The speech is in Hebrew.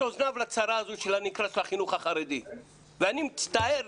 אזניו לצרה הזו שנקראת החינוך החרדי ואני מצטער,